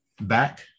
back